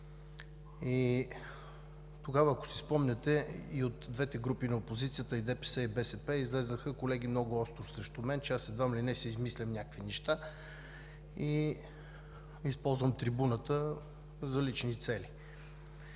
Тогава, ако си спомняте, и от двете групи на опозицията – и ДПС, и БСП, колеги излязоха много остро срещу мен, че аз едва ли не си измислям някакви неща и използвам трибуната за лични цели.